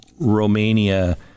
Romania